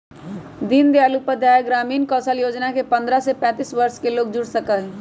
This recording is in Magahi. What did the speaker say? दीन दयाल उपाध्याय ग्रामीण कौशल योजना से पंद्रह से पैतींस वर्ष के लोग जुड़ सका हई